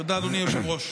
תודה, אדוני היושב-ראש.